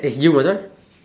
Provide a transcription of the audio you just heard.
eh you first ah